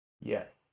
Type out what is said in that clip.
Yes